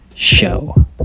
show